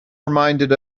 reminded